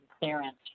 clearance